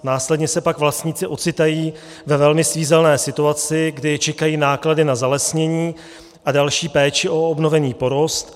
Následně se pak vlastníci ocitají ve velmi svízelné situaci, kdy je čekají náklady na zalesnění a další péči o obnovený porost.